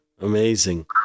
Amazing